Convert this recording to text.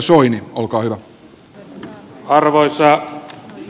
arvoisa herra puhemies